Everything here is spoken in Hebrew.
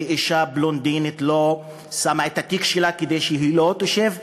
ואישה בלונדינית שמה את התיק שלה כדי שהיא לא תשב לידה.